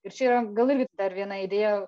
ir čia yra gal irgi dar viena idėja